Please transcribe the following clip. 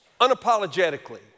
unapologetically